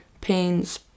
pains